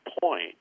point